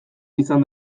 izan